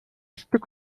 stück